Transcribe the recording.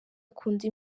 akunda